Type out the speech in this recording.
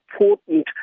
important